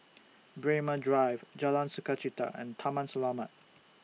Braemar Drive Jalan Sukachita and Taman Selamat